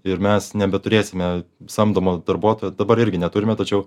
ir mes nebeturėsime samdomo darbuotojo dabar irgi neturime tačiau